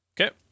Okay